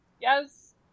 Yes